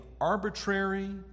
arbitrary